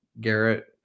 Garrett